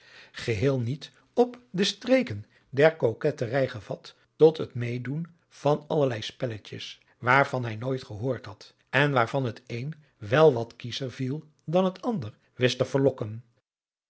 geheel niet op de streken der koketterij gevat tot het mededoen van allerlei spelletjes waarvan hij nooit gehoord had en waarvan het een wel wat kiescher viel dan het ander wist